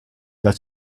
that